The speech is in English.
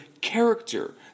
character